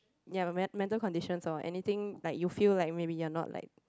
ya my mental conditions or anything like you feel like maybe you're not like